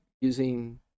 using